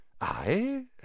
I